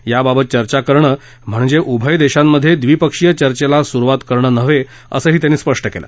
याबाबत चर्चा करणं म्हणजे उभय देशात द्विपक्षीय चर्चेला सुरुवात करणं नाही असंही त्यांनी स्पष्ट केलं